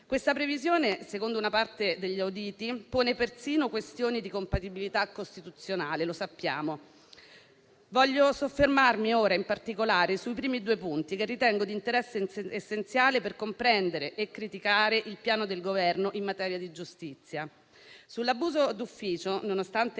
Questa previsione - secondo una parte degli auditi - pone persino questioni di compatibilità costituzionale, e lo sappiamo. Voglio soffermarmi ora in particolare sui primi due punti, che ritengo di interesse essenziale per comprendere e criticare il piano del Governo in materia di giustizia. Sull'abuso d'ufficio, nonostante